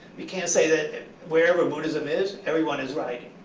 you can't say that wherever buddhism is, everyone is writing.